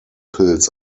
pills